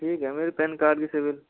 ठीक हैं मेरे पैन कार्ड की सिविल